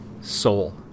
soul